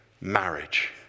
marriage